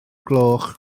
gloch